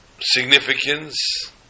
significance